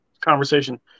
conversation